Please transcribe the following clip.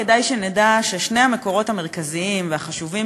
כדאי שנדע ששני המקורות המרכזיים והחשובים